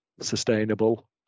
sustainable